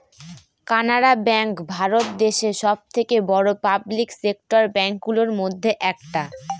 Canara bank Bharat দেশে সব থেকে বড়ো পাবলিক সেক্টর ব্যাঙ্ক গুলোর মধ্যে একটা